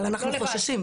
אבל אנחנו חוששים.